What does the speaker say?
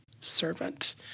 servant